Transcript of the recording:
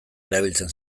erabiltzen